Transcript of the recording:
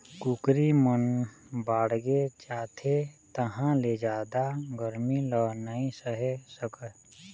कुकरी मन बाड़गे जाथे तहाँ ले जादा गरमी ल नइ सहे सकय